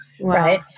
right